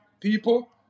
People